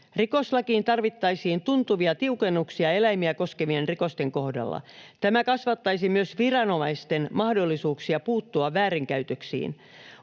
Rikoslakiin tarvittaisiin tuntuvia tiukennuksia eläimiä koskevien rikosten kohdalla. Tämä kasvattaisi myös viranomaisten mahdollisuuksia puuttua väärinkäytöksiin.